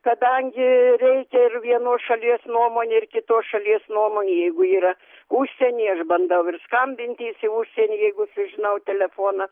kadangi reikia ir vienos šalies nuomonė ir kitos šalies nuomonė jeigu yra užsieny aš bandau ir skambintis į užsienį jeigu sužinau telefoną